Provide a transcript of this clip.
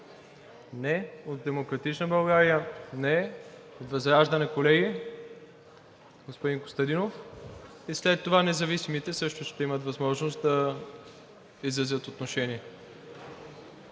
Не. От „Демократична България“? Не. От ВЪЗРАЖДАНЕ, колеги? Господин Костадинов и след това независимите също ще имат възможност да изразят отношение.